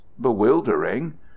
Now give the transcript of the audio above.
bewildering